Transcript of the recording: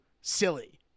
silly